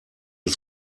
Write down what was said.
des